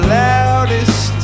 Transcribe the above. loudest